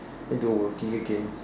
and do working again